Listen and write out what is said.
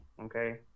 okay